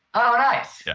oh, nice. yeah